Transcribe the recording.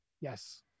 Yes